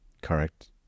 Correct